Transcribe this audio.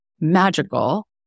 magical